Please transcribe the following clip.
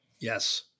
yes